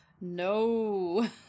No